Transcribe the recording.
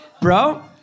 Bro